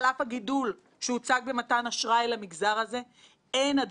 צמחתי במגזר העסקי ואני יודעת שיש בו אנשים מעולים.